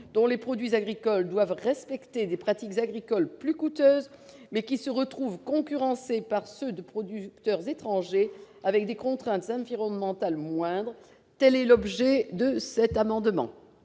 dont les produits agricoles doivent respecter des pratiques plus coûteuses et qui se trouvent concurrencés par ceux de producteurs étrangers ayant des contraintes environnementales moindres. Tel est l'objet de cet amendement.